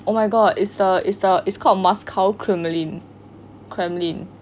oh my god is the is the is called moscow kremlin kremlin